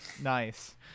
Nice